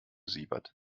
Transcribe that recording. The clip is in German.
siebert